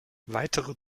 weitere